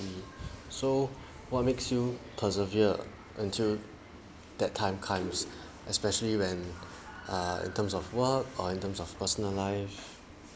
so what makes you persevere until that time comes especially when err in terms of work or in terms of personal life